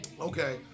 Okay